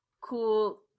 cool –